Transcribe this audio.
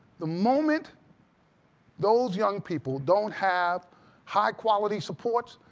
the moment those young people don't have high-quality support,